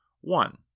One